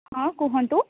ହଁ କୁହନ୍ତୁ